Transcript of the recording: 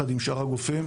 ביחד עם שאר הגופים.